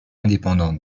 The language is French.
indépendante